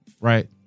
right